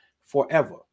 forever